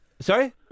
Sorry